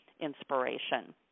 inspiration